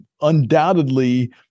undoubtedly